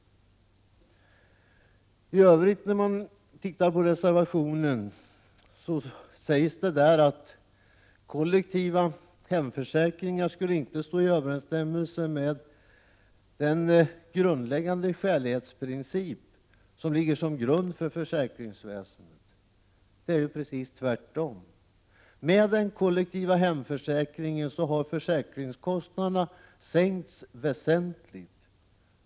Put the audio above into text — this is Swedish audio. I reservationen sägs det att kollektiva hemförsäkringar inte skulle stå i överensstämmelse med den skälighetsprincip som ligger till grund för försäkringsväsendet. Det förhåller sig ju precis tvärtom. Genom den kollektiva hemförsäkringen har försäkringskostnaderna kunnat sänkas väsentligt.